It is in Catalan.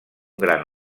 gran